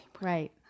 Right